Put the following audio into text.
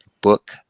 Book